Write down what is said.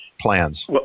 plans